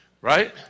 right